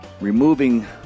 removing